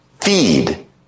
feed